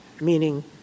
meaning